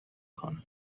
کنن